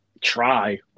try